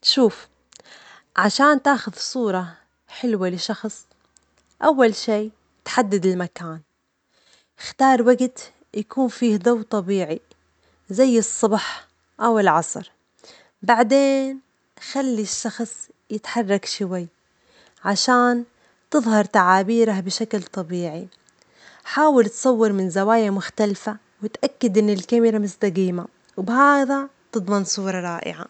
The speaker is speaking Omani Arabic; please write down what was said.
شوف، عشان تاخذ صورة حلوة لشخص، أول شي تحدّد المكان، اختار وجت يكون فيه ضوء طبيعي زي الصبح أو العصر، بعدين خلي الشخص يتحرك شوي عشان تظهر تعابيره بشكل طبيعي، حاول تصور من زوايا مختلفة وتأكد إن الكاميرا مستجيمة، وبهذا تضمن صورة رائعة.